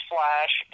Flash